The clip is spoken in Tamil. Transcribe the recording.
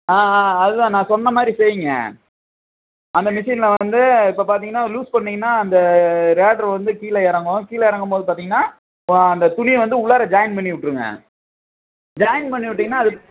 ஆ ஆ அது தான் நான் சொன்ன மாதிரி செய்யுங்க அந்த மிஷின்ல வந்து இப்போ பார்த்தீங்கன்னா லூஸ் பண்ணிங்கன்னால் அந்த ரேடர் வந்து கீழே இறங்கும் கீழே இறங்கும் போது பார்த்தீங்கன்னா ஓ அந்த துணியை வந்து உள்ளார ஜாயின் பண்ணி விட்ருங்க ஜாயின் பண்ணி விட்டிங்கன்னா அது